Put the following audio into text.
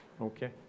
okay